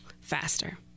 faster